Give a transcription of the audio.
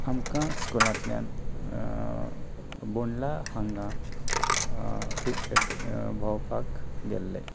so आमकां स्कुलांतल्यान बोंडला हांगा भोंवपाक गेल्ले